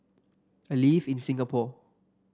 I live in Singapore